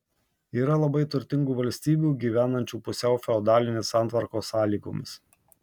yra labai turtingų valstybių gyvenančių pusiau feodalinės santvarkos sąlygomis